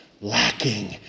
lacking